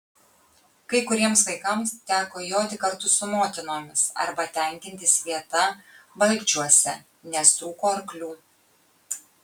kai kuriems vaikams teko joti kartu su motinomis arba tenkintis vieta valkčiuose nes trūko arklių